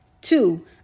Two